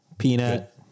Peanut